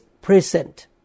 present